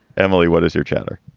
emily, what is your chatter?